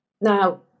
Now